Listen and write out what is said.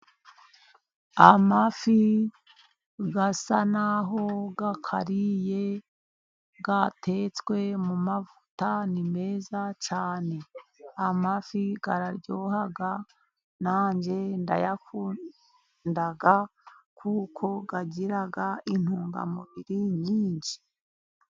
Amafi asa n'aho akaririye, yatetswe mu mavuta ni meza cyane. Amafi araryoha nanjye ndayakunda, kuko agira intungamubiri nyinshi.